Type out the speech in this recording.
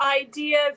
idea